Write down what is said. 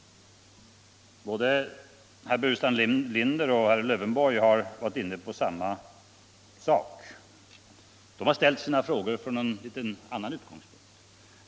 Både herr Burenstam Linder och herr Lövenborg har varit inne på samma sak. De har ställt sina frågor från en annan utgångspunkt.